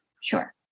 Sure